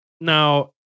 now